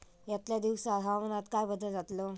यतल्या दिवसात हवामानात काय बदल जातलो?